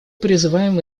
призываем